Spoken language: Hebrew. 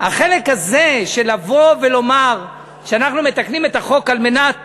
החלק הזה של לבוא ולומר שאנחנו מתקנים את החוק על מנת